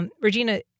Regina